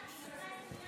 שישה בעד.